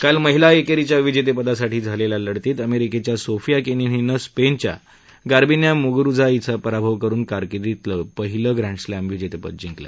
काल महिला एकेरीच्या विजेतेपदासाठी झालेल्या लढतीत अमेरिकेच्या सोफिया केनिन हीनं स्पेनच्या गार्बिन्या मुगुरुझा हिचा पराभव करून कारकिर्दीतीलं पहिलं ग्रँडस्लॅम विजेतेपद जिंकलं